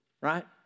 right